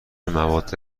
مواد